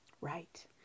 Right